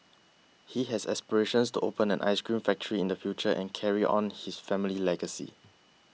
he has aspirations to open an ice cream factory in the future and carry on his family legacy